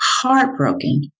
Heartbroken